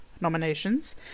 nominations